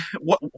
what-